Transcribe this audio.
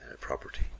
property